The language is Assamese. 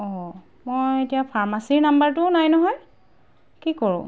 অ' মই এতিয়া ফাৰ্মাচিৰ নম্বৰটোও নাই নহয় কি কৰোঁ